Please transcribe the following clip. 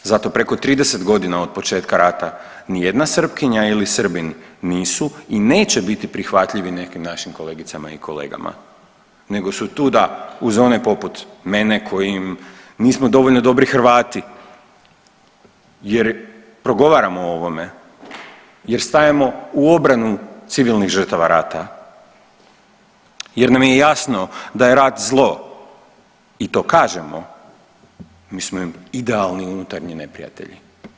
Zato preko 30 godina od početka rata nijedna Srpkinja ili Srbin nisu i neće biti prihvatljivi nekim našim kolegicama i kolegama nego su tu da uz one poput mene koji im nismo dovoljno dobri Hrvati jer progovaramo o ovome, jer stajemo u obranu civilnih žrtava rata, jer nam je jasno da je rat zlo i to kažemo, mi smo im idealni unutarnji neprijatelji.